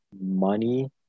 money